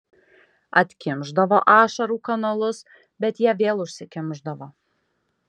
atkimšdavo ašarų kanalus bet jie vėl užsikimšdavo